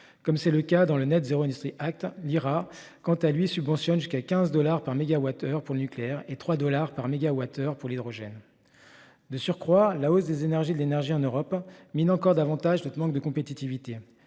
comme c’est le cas pour le NZIA. L’IRA, quant à lui, subventionne jusqu’à 15 dollars par mégawattheure pour le nucléaire et 3 dollars par mégawattheure pour l’hydrogène. De surcroît, la hausse du coût de l’énergie en Europe mine encore davantage notre compétitivité.